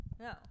no